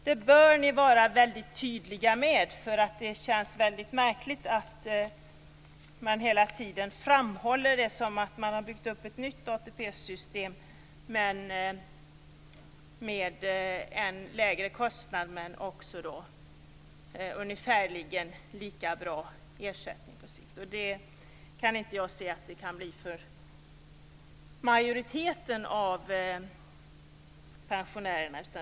Det bör ni vara mycket tydliga med. Det känns mycket märkligt att man hela tiden framhåller det som att man har byggt upp ett nytt ATP-system, men med en lägre kostnad, men också med ungefärligen lika bra ersättning på sikt. Det kan inte jag se att det kan bli för majoriteten av pensionärerna.